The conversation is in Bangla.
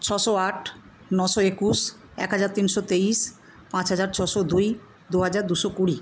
ছশো আট নশো একুশ এক হাজার তিনশো তেইশ পাঁচ হাজার ছশো দুই দু হাজার দুশো কুড়ি